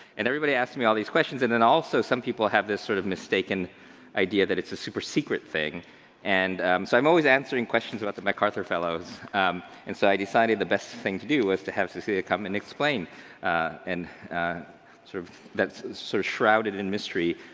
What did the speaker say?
and everybody asks me all these questions and then also some people have this sort of mistaken idea that it's a super secret thing and so i'm always answering questions about the macarthur fellows and so i decided the best thing to do was to have cecilia come and explain and sort of that's sort of so shrouded in mystery,